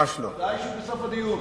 כדאי שבסוף הדיון.